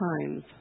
times